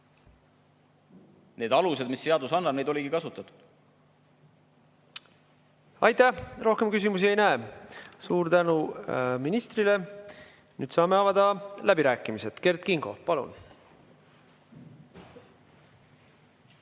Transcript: Sel alusel, mis seadus sätestab, oligi [tegutsetud]. Aitäh! Rohkem küsimusi ei näe. Suur tänu ministrile! Nüüd saame avada läbirääkimised. Kert Kingo, palun!